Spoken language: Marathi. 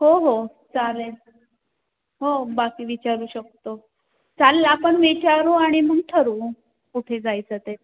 हो हो चालेल हो बाकी विचारू शकतो चालेल आपण विचारू आणि मग ठरवू कुठे जायचं ते